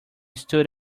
stood